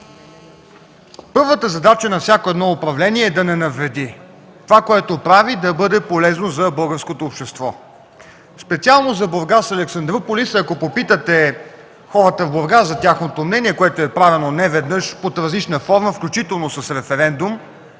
Първата задача на всяко едно управление е да не навреди – това, което прави, да бъде полезно за българското общество. Специално за „Бургас – Александруполис”, ако попитате хората в Бургас за тяхното мнение, което неведнъж е правено под най-различна форма, включително с референдум,